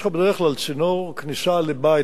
יש בדרך כלל צינור בכניסה לבית,